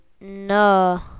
No